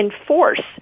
enforce